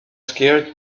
scared